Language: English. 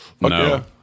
No